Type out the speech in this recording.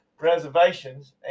reservations